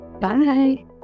Bye